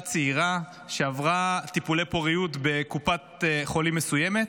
צעירה שעברה טיפולי פוריות בקופת חולים מסוימת,